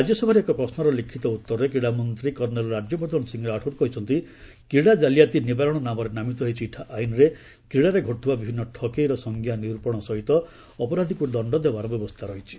ରାଜ୍ୟସଭାରେ ଏକ ପ୍ରଶ୍ୱର ଲିଖିତ ଉତ୍ତରରେ କ୍ରୀଡ଼ାମନ୍ତ୍ରୀ କର୍ଷେଲ୍ ରାଜ୍ୟବର୍ଦ୍ଧନ ସିଂ ରାଠାର୍ କହିଛନ୍ତି କ୍ରୀଡ଼ା ଜାଲିଆତି ନିବାରଣ ନାମରେ ନାମିତ ଏହି ଚିଠା ଆଇନ୍ରେ କ୍ରୀଡ଼ାରେ ଘଟୁଥିବା ବିଭିନ୍ନ ଠକେଇର ସଂଜ୍ଞା ନିର୍ପଣ ସହିତ ଅପରାଧକୁ ଦଶ୍ଡ ଦେବାର ବ୍ୟବସ୍ଥା ରହିଛି